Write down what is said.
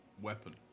weapon